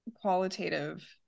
qualitative